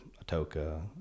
Atoka